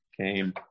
came